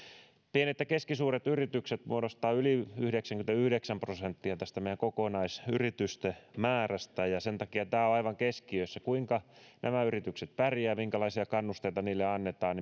pienet ja keskisuuret yritykset muodostavat yli yhdeksänkymmentäyhdeksän prosenttia tästä meidän kokonaisyritysten määrästä ja sen takia on aivan keskiössä se kuinka nämä yritykset pärjäävät minkälaisia kannusteita niille annetaan